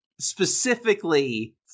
specifically